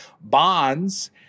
Bonds